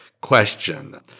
question